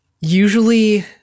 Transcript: usually